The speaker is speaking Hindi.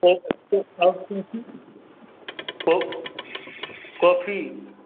को को कोफ़ी